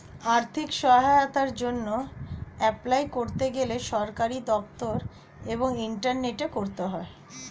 আর্থিক সহায়তার জন্যে এপলাই করতে গেলে সরকারি দপ্তর এবং ইন্টারনেটে করতে হয়